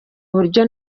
buryo